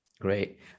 great